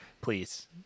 please